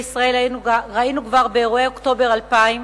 ישראל ראינו כבר באירועי אוקטובר 2000,